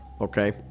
Okay